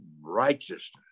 righteousness